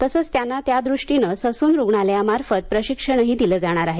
तसेच त्यांना त्यादृष्टीने ससून रुग्णालयामार्फत प्रशिक्षण दिले जाणार आहे